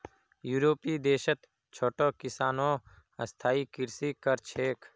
यूरोपीय देशत छोटो किसानो स्थायी कृषि कर छेक